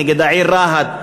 נגד העיר רהט,